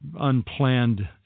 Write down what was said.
unplanned